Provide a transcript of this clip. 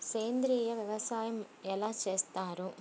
సేంద్రీయ వ్యవసాయం ఎలా చేస్తారు?